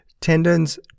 Tendons